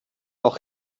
auch